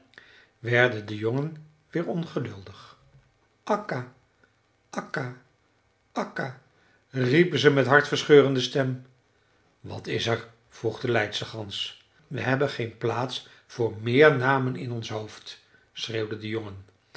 werden de jongen weer ongeduldig akka akka akka riepen ze met hartverscheurende stem wat is er vroeg de leidstergans we hebben geen plaats voor meer namen in ons hoofd schreeuwden de jongen